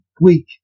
week